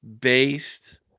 based